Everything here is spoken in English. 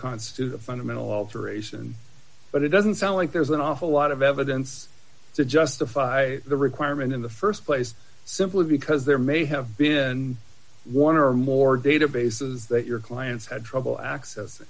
constitute a fundamental alteration but it doesn't sound like there's an awful lot of evidence to justify the requirement in the st place simply because there may have been one or more databases that your clients had trouble access